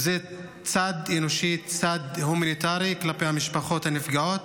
וזה צד אנושי, צד הומניטרי כלפי המשפחות הנפגעות.